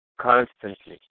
constantly